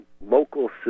local